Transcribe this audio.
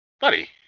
Buddy